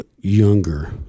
younger